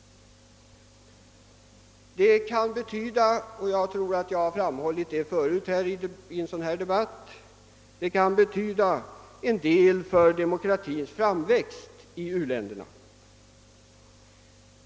Det skulle kunna betyda — vilket jag tidigare har framhållit i en liknande debatt — en del för demokratins framväxt i uländerna.